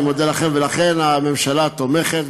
אני מודה לכם, ולכן הממשלה תומכת.